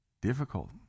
Difficult